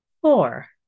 four